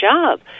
job